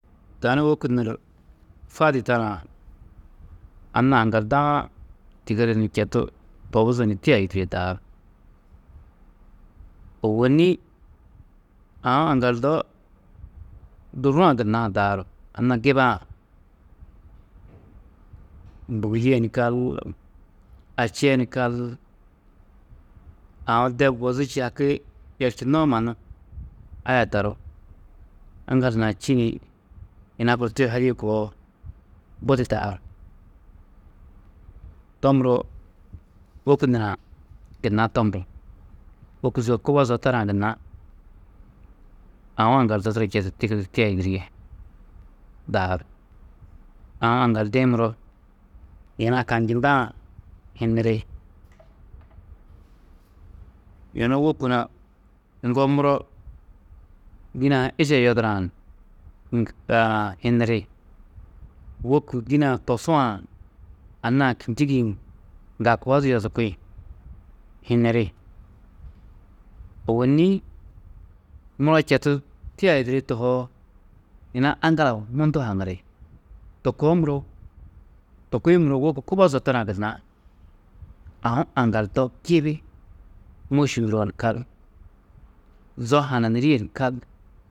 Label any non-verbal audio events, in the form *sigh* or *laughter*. Tani wôku nur fadi tarã anna aŋgalda-ã tigiri ni četu tobuzu ni tia yûdurie daaru, ôwonni aũ aŋgaldo duruwo gunna daaru, anna giba-ã, bûgudie ni kal, ači yê ni kal, aũ de bozu čî haki yerčunnoó mannu aya tarú aŋgal hunã čî ni yina guru tuyuhadîe koo budi daaru. To muro wôku nurã gunna to muro, wôku zo kubo zo tarã gunna aũ aŋgaldo turo četu tigiri tia yûdurie daaru. Aũ aŋgaldi-ĩ muro yina kanjindã hiniri, yunu wôku hunã ŋgo muro dîne-ã ha iše yodurã ni *hesitation* hiniri, wôku dîne-ã tosuã anna-ã kînjigi-ĩ ŋga koo di yodurki? Hiniri, ôwonni muro četu tia yûdurie tohoo, yina aŋgala mundu haŋiri, to koo muro, to kuĩ muro wôku kubo zo tarã gunna aũ aŋgaldo gibi môši nuroo ni kal, zo hananirîe ni kal.